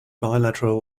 bilateral